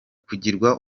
kugirwa